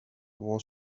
was